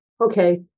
okay